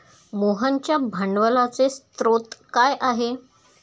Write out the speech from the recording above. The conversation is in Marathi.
मोहनच्या भांडवलाचे स्रोत काय आहे?